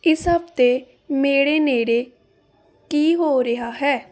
ਇਸ ਹਫ਼ਤੇ ਮੇਰੇ ਨੇੜੇ ਕੀ ਹੋ ਰਿਹਾ ਹੈ